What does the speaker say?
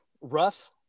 Rough